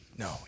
No